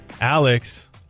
Alex